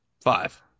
Five